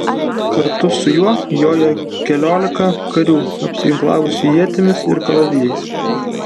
kartu su juo jojo keliolika karių apsiginklavusių ietimis ir kalavijais